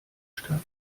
stadt